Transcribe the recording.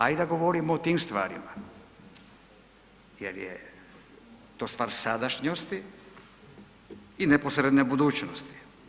Ajde da govorimo o tim stvarima jel je to stvar sadašnjosti i neposredne budućnosti.